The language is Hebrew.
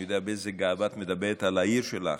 אני יודע באיזו גאווה את מדברת על העיר שלך,